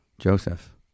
Joseph